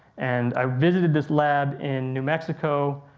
and i visited this lab in new mexico,